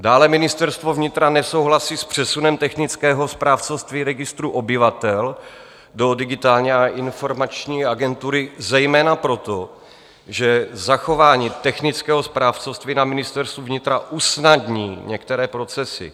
Dále Ministerstvo vnitra nesouhlasí s přesunem technického správcovství registru obyvatel do Digitální a informační agentury, zejména proto, že zachování technického správcovství na Ministerstvu vnitra usnadní některé procesy.